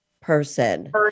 person